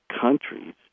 countries